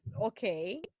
okay